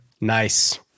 Nice